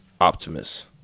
Optimus